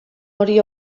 hori